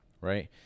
right